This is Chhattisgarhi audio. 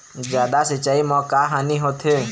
जादा सिचाई म का हानी होथे?